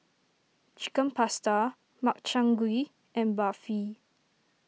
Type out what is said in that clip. Chicken Pasta Makchang Gui and Barfi